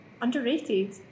Underrated